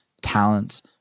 talents